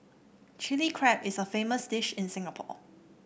Chilli Crab is a famous dish in Singapore